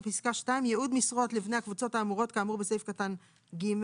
ייעוד משרות לבני הקבוצות האמורות כאמור בסעיף קטן (ג),